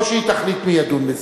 לא שהיא תחליט מי ידון בזה.